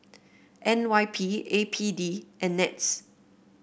N Y P A P D and NETS